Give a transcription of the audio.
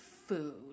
food